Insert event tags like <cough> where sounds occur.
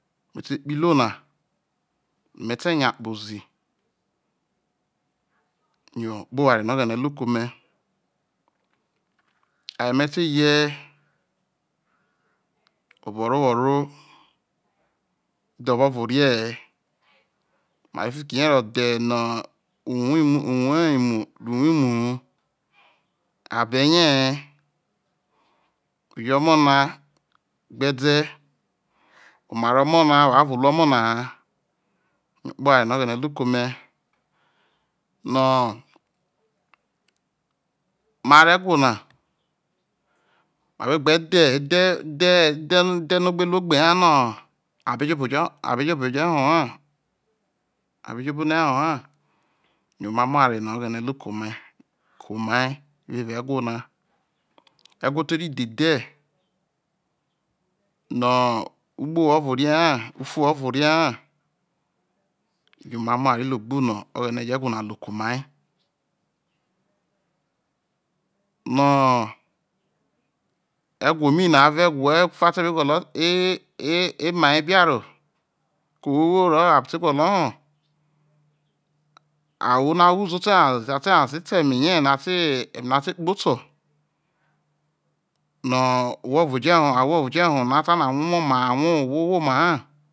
Me te kpoho iruo nai me̱ te̱ nya kpozi yo̱ okpoware no oghene o ru ke ome, aye me te ye oborowo ro, idbove ovo rie he mareho fiki rie ro dhe nu wou imu ruo iwoo imu hu, abere rie he oye omo na gbede oma rro omo na oware ovo ru omo na ha, yo okpoware no oghene oru ke ome, no ma rro ewho na ma be gbedhe dhe dhe dhe no ogbe ruo ogbe ha no a be jo obo jo no ho a be jo obone ha yo omamo oware nu oghene oru ke omai, ke omai evao ewho na, ewho te rro dhe dhe, no ugbowo ovo kerie ha, ofuo owo ovore rie ha, yo omamo oware logbo no oghene jo ewho na ru ke̱ omai, no ewho mai na avo ewho ofa te be <hesitation> <unintelligible> gwolo gwolo hore, ahwono a wuzou a te nyaze te ta hore ohwo ovo je hore he no a ta no̱ a nwa ahwoho̱ oma ho